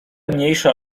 mniejsza